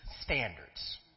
standards